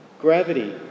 gravity